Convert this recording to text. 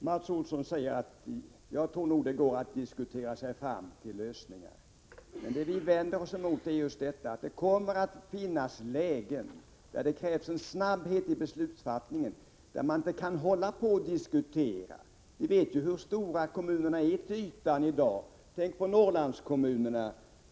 Herr talman! Mats Olsson säger att han tror att det går att diskutera sig fram till lösningar. Men det vi vänder oss emot är just att det kommer att finnas lägen där det krävs en sådan snabbhet i beslutsfattandet att man inte kan hålla på att diskutera. Vi vet hur stora kommunerna är till ytan i dag, tänk på Norrlandskommunerna.